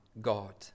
God